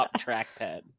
trackpad